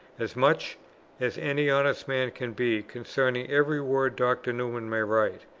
as much as any honest man can be, concerning every word dr. newman may write.